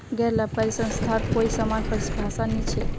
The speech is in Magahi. गैर लाभकारी संस्थार कोई समान परिभाषा नी छेक